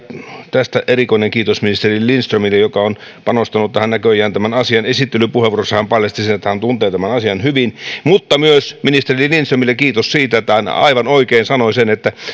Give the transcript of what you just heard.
tästä erikoinen kiitos ministeri lindströmille joka on panostanut tähän näköjään tämän asian esittelypuheenvuorossa hän paljasti että hän tuntee tämän asian hyvin mutta ministeri lindströmille myös kiitos siitä että hän aivan oikein sanoi että